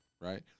Right